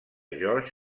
george